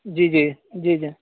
جی جی جی جی